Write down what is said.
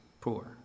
poor